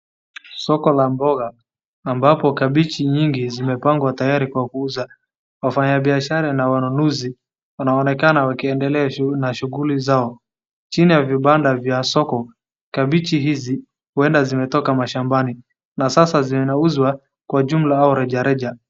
Soko la mboga ambapo kambichi nyingi zimepangwa tayari kwa kuuza. Wafanyabiashara na wanunuzi wnaonekana wakiendelea na shughuli zao. Chini ya vibanda vya soko kambichi hizi huenda zimetoka mashambani na sasa zinauzwa kwa jumla au rejareja.